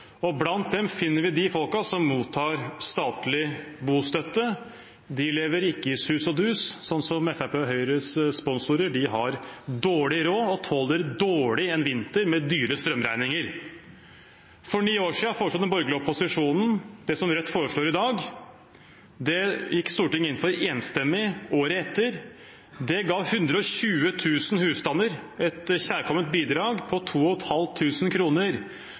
råd. Blant dem finner vi de folkene som mottar statlig bostøtte. De lever ikke i sus og dus, sånn som Fremskrittspartiets og Høyres sponsorer gjør. De har dårlig råd og tåler dårlig en vinter med høye strømregninger. For ni år siden foreslo den borgerlige opposisjonen det Rødt foreslår i dag. Det gikk Stortinget enstemmig inn for året etter. Det ga 120 000 husstander et kjærkomment bidrag på